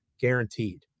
guaranteed